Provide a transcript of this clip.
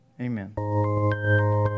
Amen